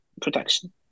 protection